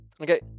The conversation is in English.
Okay